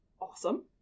Awesome